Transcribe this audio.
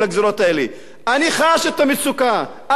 אני חש את המצוקה, אני משתתף אתכם.